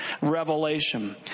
revelation